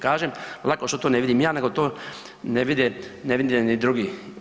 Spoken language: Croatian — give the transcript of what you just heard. Kažem, lako što to ne vidim ja nego to ne vide, ne vide ni drugi.